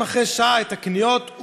התשע"ז 2017,